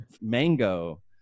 mango